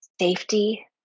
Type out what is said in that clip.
safety